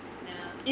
没有 ah